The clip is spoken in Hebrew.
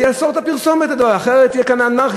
לאסור את הפרסומת לדבר,